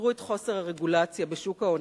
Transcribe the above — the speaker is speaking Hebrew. תראו את חוסר הרגולציה בשוק ההון.